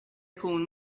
jkun